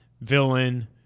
villain